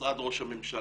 משרד ראש הממשלה,